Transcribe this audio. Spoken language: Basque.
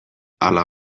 ala